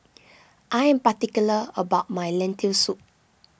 I am particular about my Lentil Soup